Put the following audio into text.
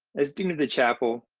as dean of the chapel,